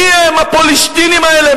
מי הם ה"פולשתינים" האלה?